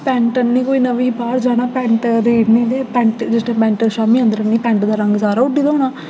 pant आह्न्नी कोई नमीं बाह्र जाना पैंट रेड़नी ते पैंट जिस टाइम पैंट शामी अंदर आह्न्नी पैंट दा रंग सारा उड्डी दा होना